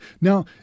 now